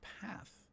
path